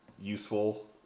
useful